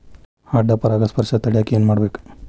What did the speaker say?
ಅಡ್ಡ ಪರಾಗಸ್ಪರ್ಶ ತಡ್ಯಾಕ ಏನ್ ಮಾಡ್ಬೇಕ್?